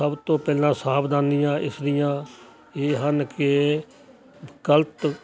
ਸਭ ਤੋਂ ਪਹਿਲਾਂ ਸਾਵਧਾਨੀਆਂ ਇਸ ਦੀਆਂ ਇਹ ਹਨ ਕਿ ਗਲਤ